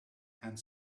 and